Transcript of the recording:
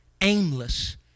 aimless